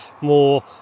more